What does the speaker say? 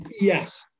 Yes